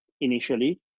initially